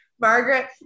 Margaret